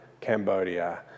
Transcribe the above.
Cambodia